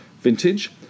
vintage